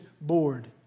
board